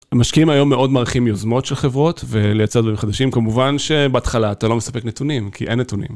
המשקיעים היום מאוד מערכים יוזמות של חברות ולייצר דברים חדשים כמובן שבהתחלה אתה לא מספק נתונים כי אין נתונים.